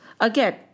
again